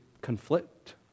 conflict